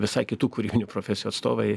visai kitų kūrybinių profesijų atstovai